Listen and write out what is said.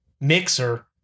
Mixer